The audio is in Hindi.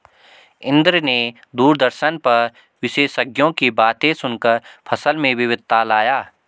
इंद्र ने दूरदर्शन पर विशेषज्ञों की बातें सुनकर फसल में विविधता लाया